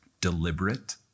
deliberate